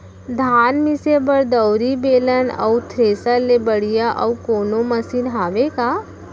धान मिसे बर दउरी, बेलन अऊ थ्रेसर ले बढ़िया अऊ कोनो मशीन हावे का?